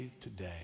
today